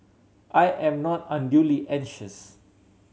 I am not unduly anxious